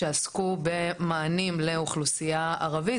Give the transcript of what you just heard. שעסקו במענים לאוכלוסייה ערבית.